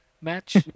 match